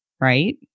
right